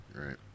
right